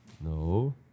no